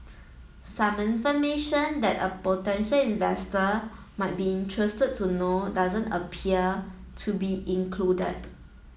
some information that a potential investor might be interested to know doesn't appear to be included